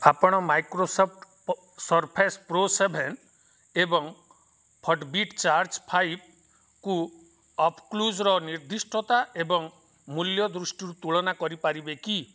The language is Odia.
ଆପଣ Microsoft Surface Pro seven ଏବଂ ଫିଟ୍ ବିଟ୍ ଚାର୍ଜ୍ ଫାଇବ୍କୁ ଅପ୍କ୍ଲୁଜ୍ରେ ନିର୍ଦ୍ଦିଷ୍ଟତା ଏବଂ ମୂଲ୍ୟ ଦୃଷ୍ଟିରୁ ତୁଳନା କରିପାରିବେ କି